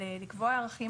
לקבוע ערכים